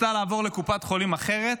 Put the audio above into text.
רצתה לעבור לקופת חולים אחרת,